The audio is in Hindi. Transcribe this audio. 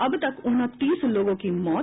अब तक उनतीस लोगों की मौत